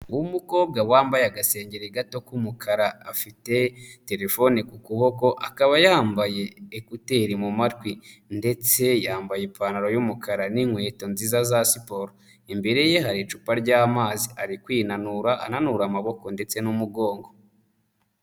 Umukobwa wambaye agasengeri gato k'umukara, afite telefone ku kuboko akaba yambaye ekuteri mu matwi ndetse yambaye ipantaro y'umukara n'inkweto nziza za siporo, imbere ye hari icupa ry'amazi, ari kwinanura ananura amaboko ndetse n'umugongo.